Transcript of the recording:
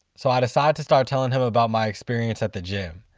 so i decide to start telling him about my experience at the gym,